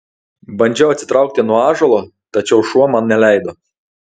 bandžiau atsitraukti nuo ąžuolo tačiau šuo man neleido